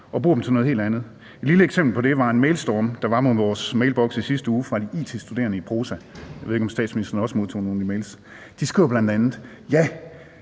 og bruger dem til noget helt andet. Et lille eksempel på det var en mailstorm, der var mod vores mailbokse i sidste uge fra de it-studerende i PROSA. Jeg ved ikke, om statsministeren også modtog nogle e-mails. De skriver bl.a.: Ja,